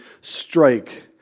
strike